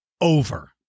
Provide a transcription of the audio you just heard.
over